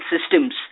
Systems